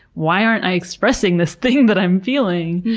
why aren't i expressing this thing that i'm feeling!